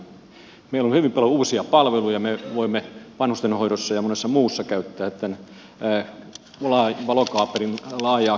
meillä on hyvin paljon uusia palveluja ja me voimme vanhustenhoidossa ja monessa muussa käyttää tämän valokaapelin laajaa kapasiteettia hyväksi